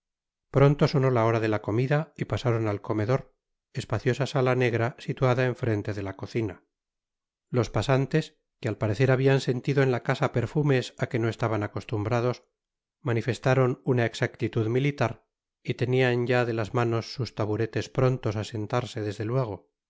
pronto sonó la hora de la comida y pasaron al comedor espaciosa sala negra situada en frente de la cocina los pasantes que al parecer habian sentido en la casa perfumes á que no estaban acostumbrados manifestaron una exactitud militar y tenian ya de las manos sus taburetes prontos á sentarse desde fuego